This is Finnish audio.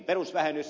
perusvähennys